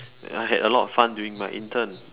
I had a lot of fun during my intern